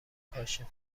کاشفا